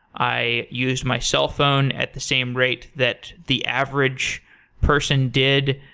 i used my cellphone at the same rate that the average person did.